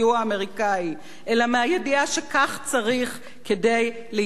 אלא מהידיעה שכך צריך כדי להתחזק כאומה,